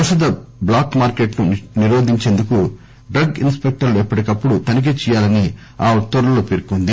ఔషధ black market ను నిరోధించేందుకు డ్రగ్ ఇస్ స్పెక్టర్లు ఎప్పటికప్పుడు తనిఖీ చేయాలని ఆ ఉత్తర్వుల్లో పేర్కొంది